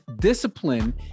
discipline